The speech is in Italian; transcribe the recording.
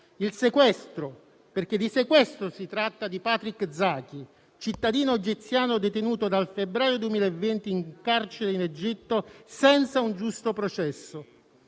del sequestro - perché di questo si tratta - di Patrick Zaki, cittadino egiziano, detenuto dal febbraio 2020 in carcere in Egitto, senza un giusto processo.